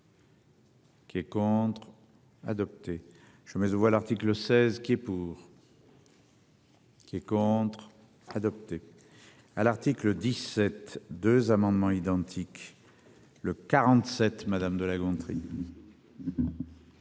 Qui est contre adopté. Je me vois l'article 16 qui est pour. Qui est contre adopté. À l'article 17 2 amendements identiques. Le 47. Madame de La Gontrie.